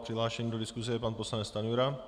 Přihlášen do diskuse je pan poslanec Stanjura.